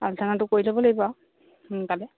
আলোচনাটো কৰি থ'ব লাগিব আৰু সোনকালে